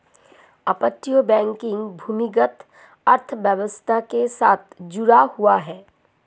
अपतटीय बैंकिंग भूमिगत अर्थव्यवस्था के साथ जुड़ा हुआ है